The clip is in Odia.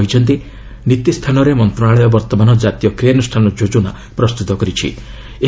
କର୍ମକର୍ତ୍ତା କହିଛନ୍ତି ନୀତି ସ୍ଥାନରେ ମନ୍ତ୍ରଶାଳୟ ବର୍ତ୍ତମାନ ଜାତୀୟ କ୍ରିୟାନୁଷ୍ଠାନ ଯୋଜନା ପ୍ରସ୍ତୁତ କରିଛି